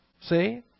See